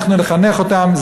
אנחנו נחנך אותם,